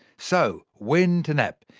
so, when to nap?